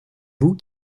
vous